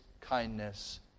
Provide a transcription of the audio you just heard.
kindness